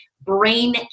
brain